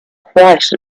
quite